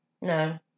No